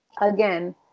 again